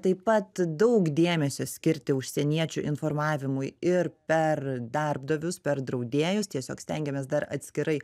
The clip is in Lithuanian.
taip pat daug dėmesio skirti užsieniečių informavimui ir per darbdavius per draudėjus tiesiog stengiamės dar atskirai